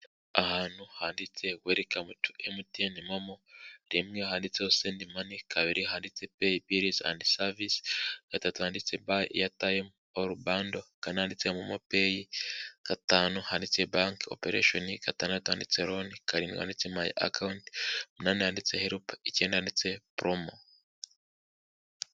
Ahantu handitse welikamu tu Emutiyeni momo, rimwe handitseho sendi mani kabiri handitse peyi bilizi andi savisi gatatu yanditse bayi eyatayimu oru bando kane handitse momopeyi gatanu handitse banke operashoni gatanatu handitse roni karindwi handitse mayi akawunti umunani handitse helupe icyenda handitse poromo.